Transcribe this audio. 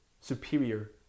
superior